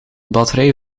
batterij